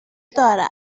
دارم